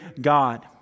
God